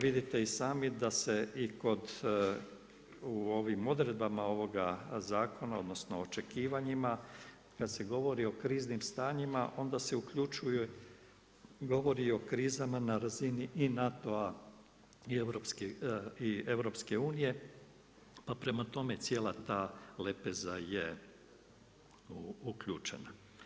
Vidite i sami da se i u ovim odredbama ovoga zakona, odnosno očekivanjima, kad se govori o kriznim stanjima onda se uključuje i govori o krizama i na razini i NATO-a i EU-a, pa prema tome cijela ta lepeza je uključena.